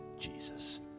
Jesus